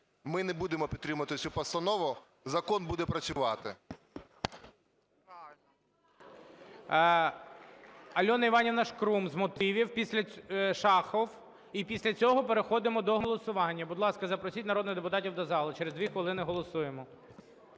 Ми не будемо підтримувати цю постанову, закон буде працювати.